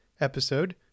episode